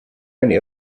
only